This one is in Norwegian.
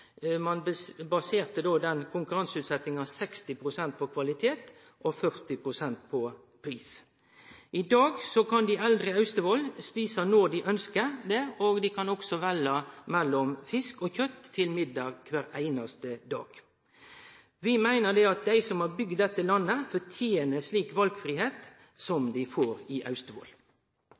Ein baserte konkurranseutsetjinga 60 pst. på kvalitet og 40 pst. på pris. I dag kan dei eldre i Austevoll spise når dei ønskjer det, og dei kan velje mellom fisk og kjøtt til middag kvar einaste dag. Vi meiner at dei som har bygd dette landet, fortener slik valfridom som dei får i Austevoll.